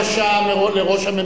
לך תקבל חיבוק מראש הממשלה.